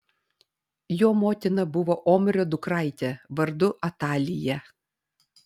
jo motina buvo omrio dukraitė vardu atalija